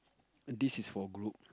this is for group